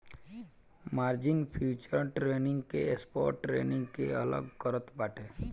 margin futures trading से spot trading के अलग करत बाटे